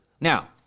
Now